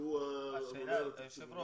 הממונה על התקציבים,